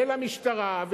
ולמשטרה,